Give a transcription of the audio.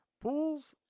pools